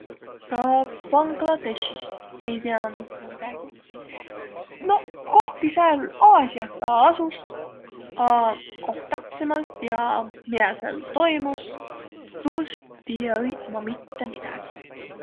Ka Bangladeshist ei tiiäq ma mitte midägi. Noq, kohki sääl Aasiah ta asus, a koh täpsembält ja miä sääl toimus, tuust tiiä-äiq ma mitte midägi.